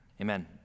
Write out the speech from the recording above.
amen